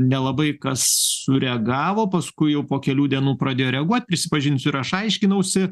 nelabai kas sureagavo paskui jau po kelių dienų pradėjo reaguot prisipažinsiu ir aš aiškinausi